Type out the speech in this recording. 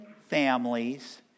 families